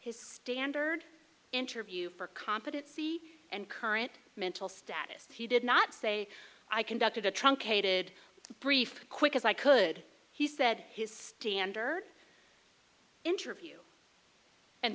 his standard interview for competency and current mental status he did not say i conducted a truncated brief quick as i could he said his standard interview and